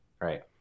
right